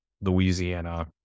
Louisiana